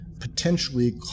potentially